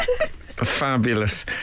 Fabulous